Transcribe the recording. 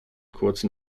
kurzen